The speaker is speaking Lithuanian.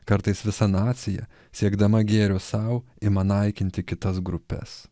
kartais visa nacija siekdama gėrio sau ima naikinti kitas grupes